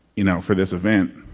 you know for this event.